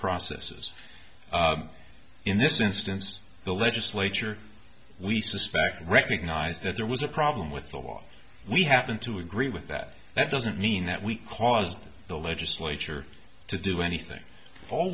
processes in this instance the legislature we suspect recognize that there was a problem with the law we happen to agree with that that doesn't mean that we caused the legislature to do anything